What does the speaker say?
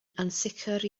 ansicr